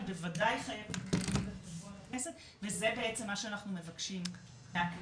היא בוודאי חייבת דין וחשבון לכנסת וזה בעצם מה אנחנו מבקשים מהכנסת.